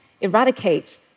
eradicate